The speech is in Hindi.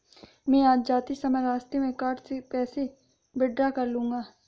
मैं आज जाते समय रास्ते में कार्ड से पैसे विड्रा कर लूंगा